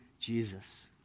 Jesus